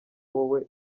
wowe